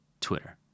twitter